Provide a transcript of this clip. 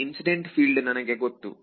ಇಲ್ಲಿ incident field ನನಗೆ ಗೊತ್ತು